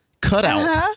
cutout